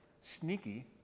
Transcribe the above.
sneaky